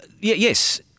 Yes